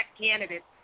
candidates